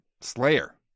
Slayer